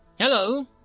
Hello